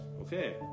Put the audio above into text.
Okay